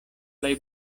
plej